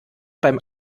beim